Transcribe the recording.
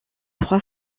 trois